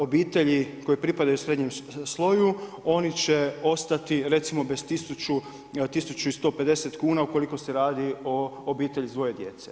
Obitelji koje pripadaju srednjem sloju oni će ostati recimo bez tisuću i 150 kuna ukoliko se radi o obitelji s dvoje djece.